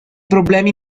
problemi